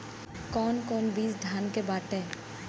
कौन कौन बिज धान के बाटे?